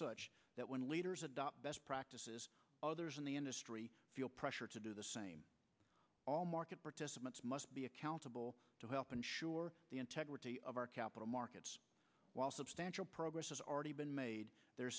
marketplace that when leaders adopt best practices others in the industry feel pressure to do the same all market participants must be accountable to help ensure the integrity of our capital markets while substantial progress has already been made the